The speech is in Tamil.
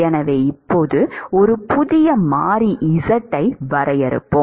எனவே இப்போது ஒரு புதிய மாறி z ஐ வரையறுப்போம்